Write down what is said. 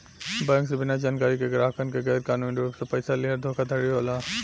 bank से बिना जानकारी के ग्राहक के गैर कानूनी रूप से पइसा लीहल धोखाधड़ी होला